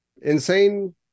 insane